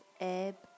ebb